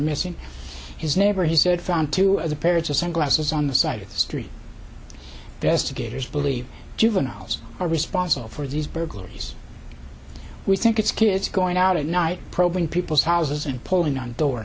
missing his neighbor he said found two of the parents or some glasses on the side of the street best to gators believe juveniles are responsible for these burglaries we think it's kids going out at night probing people's houses and pulling on door